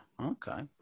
Okay